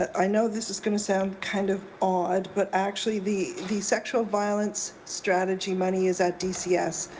i know this is going to sound kind of odd, but actually the the sexual violence strategy money is at dcs.